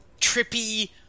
trippy